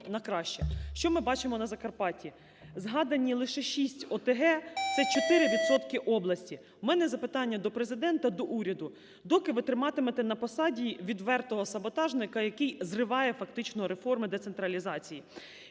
Що ми бачимо на Закарпатті? Згадані лише шість ОТГ - це 4 відсотки області. У мене запитання до Президента, до уряду. Доки ви триматимете на посаді відвертого саботажника, який зриває фактично реформи децентралізації?